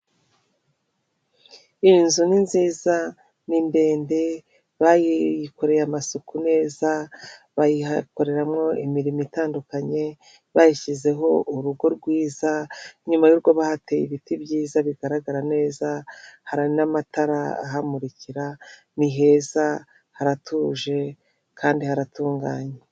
Iyi nzu ni nziza ni ndende bayiyikoreye amasuku neza, bayihakoreramo imirimo itandukanye, bayishyizeho urugo rwiza inyuma y'urugo bahateye ibiti byiza bigaragara neza, hari n'amatara ahamurikira ni heza, haratuje, kandi haratunganye.